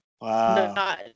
Wow